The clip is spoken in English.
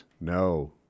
No